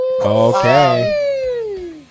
Okay